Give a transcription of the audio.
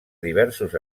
diversos